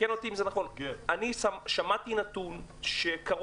תקן אותי אם זה נכון אני שמעתי נתון שקרוב